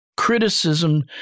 Criticism